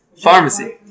pharmacy